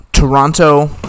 Toronto